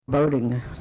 boating